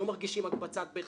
לא מרגישים הקבצה ב',